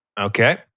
Okay